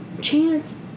Chance